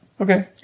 Okay